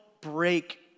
break